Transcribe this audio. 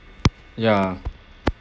ya